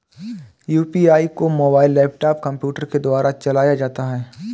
UPI को mobile laptop computer के द्वारा चलाया जाता है